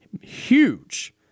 huge